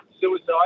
suicide